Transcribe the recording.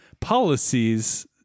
policies